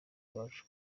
rwacu